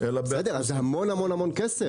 זה המון כסף.